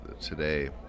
today